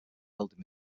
building